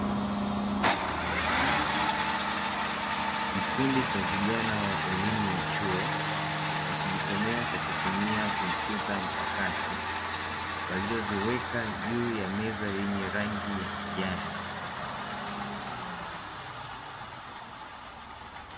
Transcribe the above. Kikundi cha vijana wa elimu ya chuo, wakijisomea kwa kutumia kompyuta mpakato, walizoziweka juu ya meza yenye rangi ya kijani.